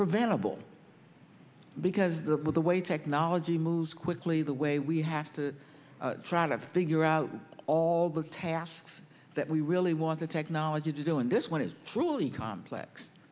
preventable because the way technology moves quickly the way we have to try to figure out all the tasks that we really want the technology to do in this one is truly complex